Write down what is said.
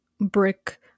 brick